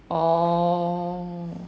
orh